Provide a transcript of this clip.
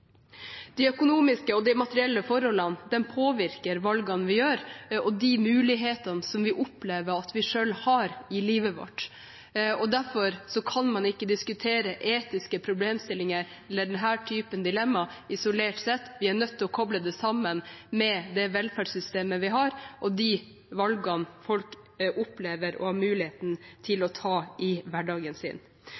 De økonomiske og materielle forholdene påvirker valgene vi gjør, og de mulighetene vi opplever at vi selv har i livet, og derfor kan man ikke diskutere etiske problemstillinger eller denne typen dilemma isolert sett. Vi er nødt til å koble det sammen med det velferdssystemet vi har, og de valgene folk opplever å ha mulighet til